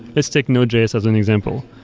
let's take node js as an example.